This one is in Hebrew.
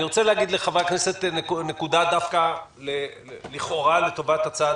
אני רוצה להגיד לחברי הכנסת נקודה שהיא לטובת הצד